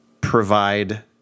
provide